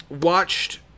Watched